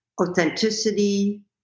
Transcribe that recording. authenticity